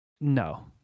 no